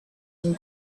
and